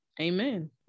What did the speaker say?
amen